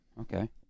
Okay